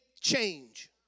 change